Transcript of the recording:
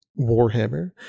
Warhammer